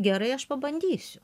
gerai aš pabandysiu